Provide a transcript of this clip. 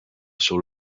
sur